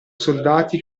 soldati